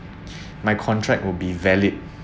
my contract will be valid